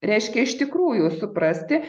reiškia iš tikrųjų suprasti